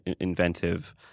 inventive